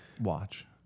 Watch